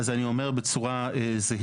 אז אני אומר בצורה זהירה.